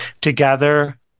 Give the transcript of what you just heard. together